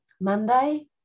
Monday